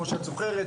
כמו שאת זוכרת,